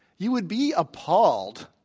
you would be appalled.